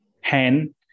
hand